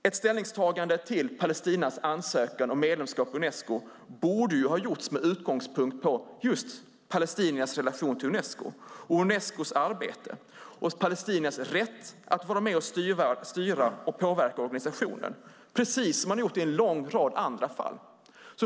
Ett ställningstagande till Palestinas ansökan om medlemskap i Unesco borde ha gjorts med utgångspunkt i just palestiniernas relation till Unesco och Unescos arbete, palestiniernas rätt att vara med och styra och påverka organisationen, precis som man har gjort i en lång rad andra fall.